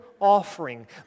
offering